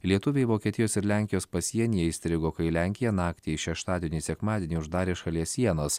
lietuviai vokietijos ir lenkijos pasienyje įstrigo kai lenkija naktį iš šeštadienio į sekmadienį uždarė šalies sienas